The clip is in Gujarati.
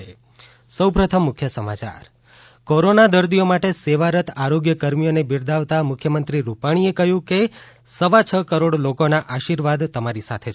ઃ કોરોના દર્દીઓ માટે સેવારત આરોગ્યકર્મીઓને બિરદાવતા મુખ્યમંત્રી રૂપાણીએ કહ્યું સવા છ કરોડ લોકો ના આશીર્વાદ તમારી સાથે છે